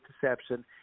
deception